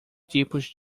tipos